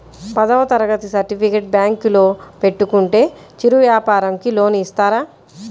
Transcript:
పదవ తరగతి సర్టిఫికేట్ బ్యాంకులో పెట్టుకుంటే చిరు వ్యాపారంకి లోన్ ఇస్తారా?